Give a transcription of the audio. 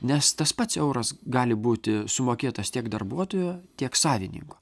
nes tas pats euras gali būti sumokėtas tiek darbuotojo tiek savininko